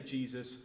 Jesus